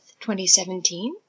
2017